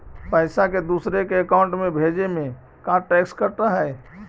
पैसा के दूसरे के अकाउंट में भेजें में का टैक्स कट है?